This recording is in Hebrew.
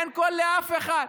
אין קול לאף אחד.